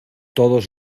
todos